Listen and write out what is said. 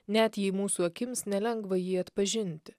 net jei mūsų akims nelengva jį atpažinti